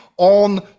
on